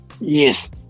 Yes